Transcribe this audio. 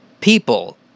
people